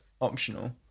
optional